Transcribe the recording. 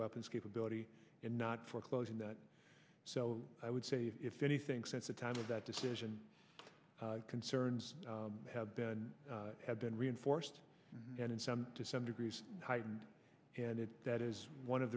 weapons capability and not foreclosing that so i would say if anything since the time of that decision concerns have been have been reinforced and in some to some degree heightened and it that is one of